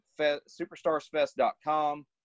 superstarsfest.com